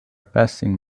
passing